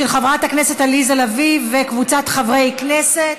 של חברת הכנסת עליזה לביא וקבוצת חברי הכנסת.